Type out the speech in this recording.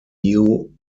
new